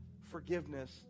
forgiveness